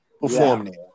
performing